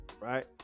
right